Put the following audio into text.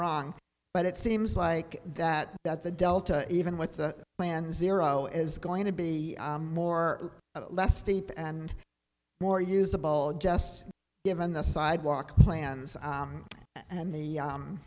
wrong but it seems like that that the delta even with the plan zero is going to be more or less steep and more usable just given the sidewalk plans and the